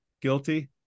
guilty